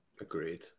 agreed